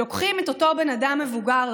לוקחים את אותו בן אדם מבוגר,